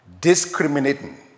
discriminating